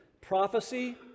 prophecy